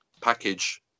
package